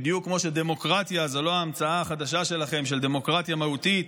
בדיוק כמו שדמוקרטיה היא לא ההמצאה החדשה שלכם של דמוקרטיה מהותית,